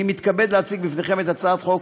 אני מתכבד להציג בפניכם את הצעת חוק